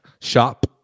Shop